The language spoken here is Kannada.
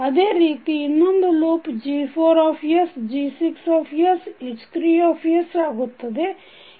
ಅದೇ ರೀತಿ ಇನ್ನೊಂದು ಲೂಪ್G4sG6sH3s ಆಗುತ್ತದೆ